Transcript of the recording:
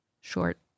short